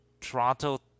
Toronto